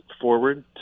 forward